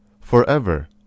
forever